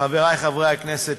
חברי חברי הכנסת,